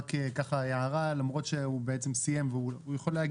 רק ככה הערה למרות שהוא בעצם סיים והוא יכול להגיב.